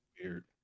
weird